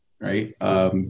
right